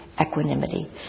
equanimity